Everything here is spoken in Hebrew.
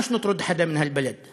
אנחנו לא רוצים לגרש אף אחד מהמקום הזה